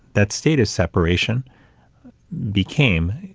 that state of separation became,